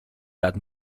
that